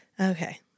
Okay